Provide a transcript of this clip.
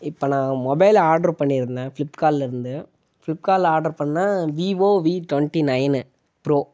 இப்போ நான் mobile order பண்ணியிருந்தேன் ஃபிளிப்காலிலேருந்து ஃபிளிப்காலில் ஆர்டர் பண்ணிணேன் Vivo V twenty nine bro